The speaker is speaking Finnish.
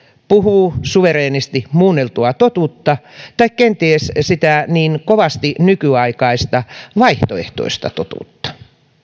puhuu suvereenisti muunneltua totuutta tai kenties sitä niin kovasti nykyaikaista vaihtoehtoista totuutta